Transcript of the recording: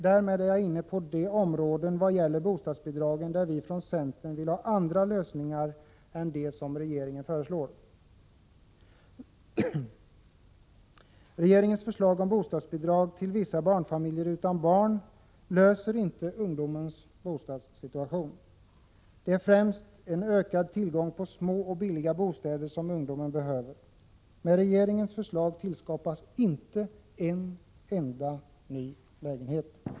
Därmed är jag inne på de områden i vad gäller bostadsbidragen där vi från centern vill ha andra lösningar än de som regeringen föreslår. Regeringens förslag om bostadsbidrag till vissa familjer utan barn löser inte ungdomens bostadssituation. Det är främst en ökad tillgång på små och billiga bostäder som ungdomarna behöver. Med regeringens förslag tillskapas inte en enda ny lägenhet.